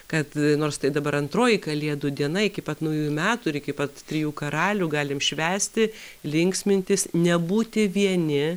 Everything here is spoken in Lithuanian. kad nors tai dabar antroji kalėdų diena iki pat naujųjų metų ir iki pat trijų karalių galim švęsti linksmintis nebūti vieni